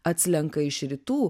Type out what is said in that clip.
atslenka iš rytų